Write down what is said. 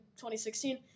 2016